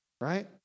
right